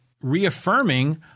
reaffirming